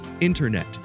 INTERNET